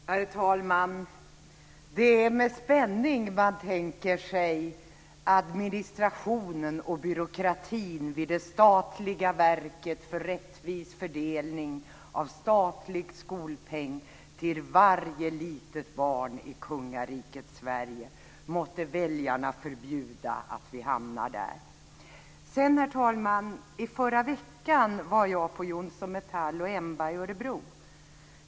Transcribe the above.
Herr talman! Det är med spänning man tänker sig administrationen och byråkratin vid det statliga verket för rättvis fördelning av statlig skolpeng till varje litet barn i kungariket Sverige. Måtte väljarna förbjuda att vi hamnar där. Herr talman! I förra veckan var jag på Johnson Metall och Emba i Örebro.